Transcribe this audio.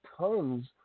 tons